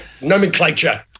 nomenclature